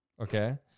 Okay